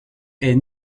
est